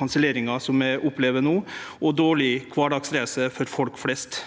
kanselleringar, slik vi opplever no, og dårlege kvardagsreiser for folk flest.